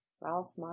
Ralph